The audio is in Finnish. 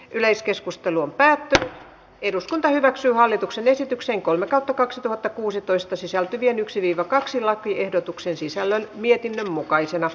yleiskeskustelun päätti eduskunta hyväksyy hallituksen esityksen kolme kautta kaksituhattakuusitoista sisältyvien yksi viiva kaksi lakiehdotuksen sisällä mietinnön mukaisena